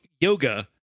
yoga